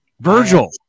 Virgil